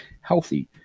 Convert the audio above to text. healthy